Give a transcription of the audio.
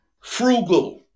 frugal